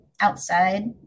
outside